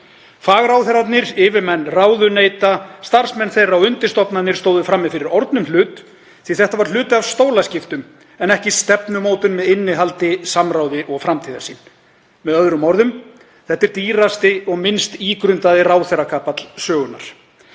Fagráðherrarnir, yfirmenn ráðuneyta, starfsmenn þeirra og undirstofnanir stóðu frammi fyrir orðnum hlut því að þetta var hluti af stólaskiptum en ekki stefnumótun með innihaldi, samráði og framtíðarsýn. Með öðrum orðum, þetta er dýrasti og minnst ígrundaði ráðherrakapall sögunnar.